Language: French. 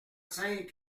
cinq